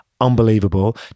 unbelievable